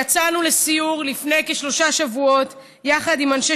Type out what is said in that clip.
יצאנו לסיור לפני כשלושה שבועות יחד עם אנשי